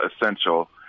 essential